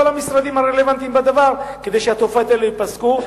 המשרדים הרלוונטיים כדי שהתופעות האלה ייפסקו,